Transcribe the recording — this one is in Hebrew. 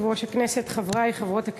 יושב-ראש הכנסת, חברי וחברות הכנסת,